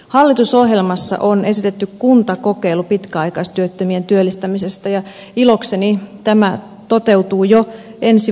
hallitusohjelmassa on esitetty kuntakokeilu pitkäaikaistyöttömien työllistämisestä ja ilokseni tämä toteutuu jo ensi vuonna